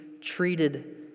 treated